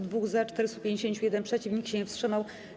2 - za, 451 - przeciw, nikt się nie wstrzymał.